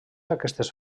aquestes